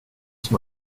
som